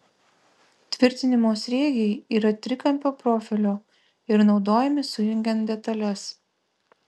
tvirtinimo sriegiai yra trikampio profilio ir naudojami sujungiant detales